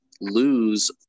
lose